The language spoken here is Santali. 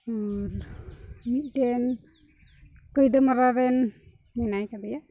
ᱟᱨ ᱢᱤᱫᱴᱮᱱ ᱠᱟᱹᱭᱫᱟᱹᱢᱟᱨᱟ ᱨᱮᱱ ᱢᱮᱱᱟᱭ ᱠᱟᱫᱮᱭᱟ